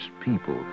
people